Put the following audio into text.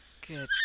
Good